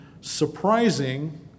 surprising